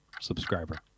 subscriber